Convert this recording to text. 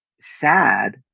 sad